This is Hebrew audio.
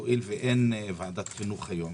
הואיל ואין ועדת חינוך היום